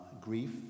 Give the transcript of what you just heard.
grief